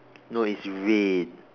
no it's red